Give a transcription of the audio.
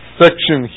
section